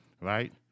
right